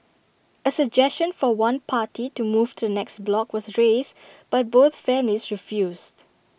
A suggestion for one party to move to the next block was raised but both families refused